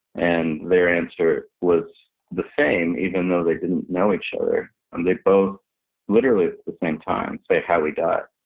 and their answer was the same, even though they didn't know each other. um they both literally at the same time say, how we die.